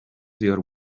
your